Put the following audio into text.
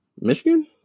Michigan